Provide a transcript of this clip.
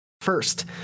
first